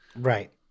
Right